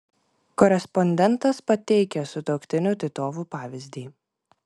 korespondentas pateikia sutuoktinių titovų pavyzdį